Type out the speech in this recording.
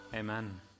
amen